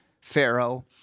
Pharaoh